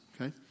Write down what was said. Okay